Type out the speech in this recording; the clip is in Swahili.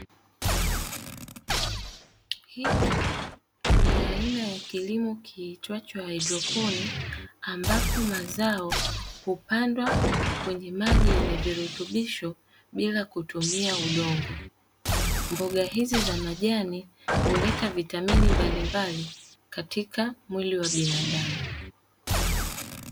Hiki ni aina ya kilimo kiitwacho haidroponi ambapo mazao hupandwa kwenye maji yenye virutubisho bila kutumia udongo, mboga hizi za majani huleta vitamini mbalimbali katika mwili wa binadamu.